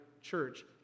church